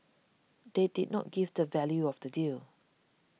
they did not give the value of the deal